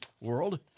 world